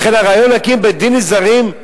לכן הרעיון להקים בית-דין לזרים,